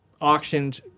auctioned